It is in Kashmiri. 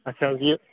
اچھا یہِ